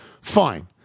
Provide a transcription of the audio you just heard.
Fine